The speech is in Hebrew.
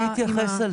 אני אתייחס לזה.